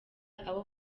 abo